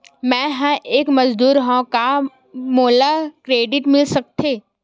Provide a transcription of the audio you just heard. मैं ह एक मजदूर हंव त का मोला क्रेडिट मिल सकथे?